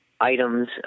items